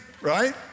right